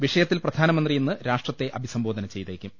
വിഷയത്തിൽ പ്രധാ നമന്ത്രി ഇന്ന് രാഷ്ട്രത്തെ അഭിസംബോധന ചെയ്തേക്കും